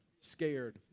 scared